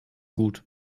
gut